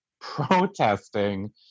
protesting